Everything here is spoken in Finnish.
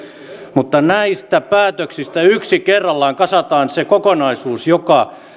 mutta näistä päätöksistä yksi kerrallaan kasataan se kokonaisuus joka